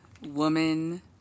woman